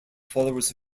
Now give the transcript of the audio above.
followers